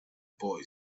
boy